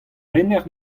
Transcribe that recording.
rener